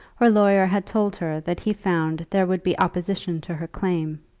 her lawyer had told her that he found there would be opposition to her claim,